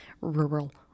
Rural